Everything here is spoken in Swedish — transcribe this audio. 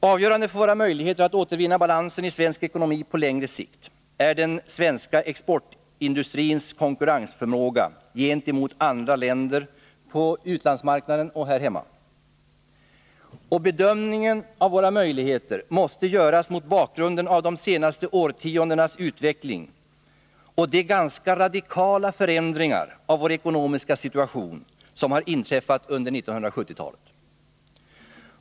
Avgörande för våra möjligheter att återvinna balansen i svensk ekonomi på längre sikt är den svenska industrins konkurrensförmåga gentemot andra länder på utlandsoch hemmamarknaden. Bedömningen av våra möjligheter måste göras mot bakgrunden av de senaste årtiondenas utveckling och de ganska radikala förändringar av vår ekonomiska situation som inträffat under 1970-talet.